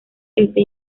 este